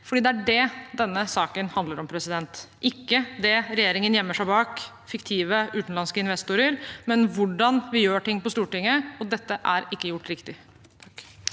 Det er det denne saken handler om, ikke det regjeringen gjemmer seg bak – fiktive utenlandske investorer – men hvordan vi gjør ting på Stortinget, og dette er ikke gjort riktig.